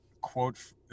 quote